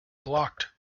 blocked